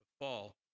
fall